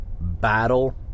battle